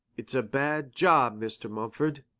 it's a bad job, mr. mumford.